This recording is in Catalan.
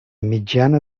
mitjana